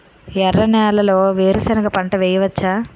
ఎర్ర నేలలో వేరుసెనగ పంట వెయ్యవచ్చా?